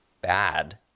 bad